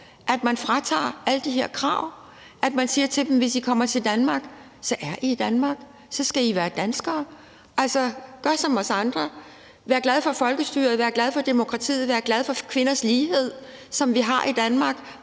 at man fjerner alle de her krav, at man siger til dem: Hvis I kommer til Danmark, er I i Danmark, så skal I være danskere. Altså, gør som os andre. Vær glad for folkestyret. Vær glad for demokratiet. Vær glad for kvinders ligestilling.